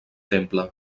temple